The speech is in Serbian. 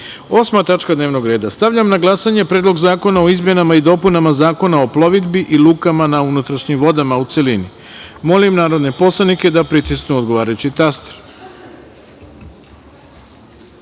tačka dnevnog reda. Stavljam na glasanje Predlog zakona o izmenama i dopunama Zakona o plovidbi i lukama na unutrašnjim vodama, u celini. Molim narodne poslanike da pritisnu odgovarajući